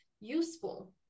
useful